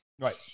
Right